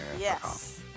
Yes